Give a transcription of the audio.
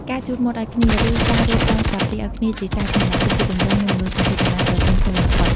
ការជូតមាត់ឱ្យគ្នា ឬការរៀបចំស្លាបព្រាឱ្យគ្នាជាសាធារណៈ គឺជាទម្រង់នៃមនោសញ្ចេតនាដ៏ទន់ភ្លន់បំផុត។